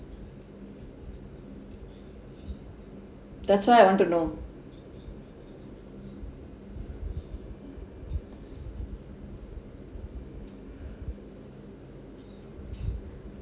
that's why I want to know